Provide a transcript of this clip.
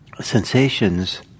sensations